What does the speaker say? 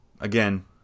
Again